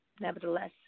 nevertheless